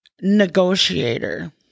negotiator